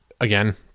again